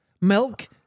Milk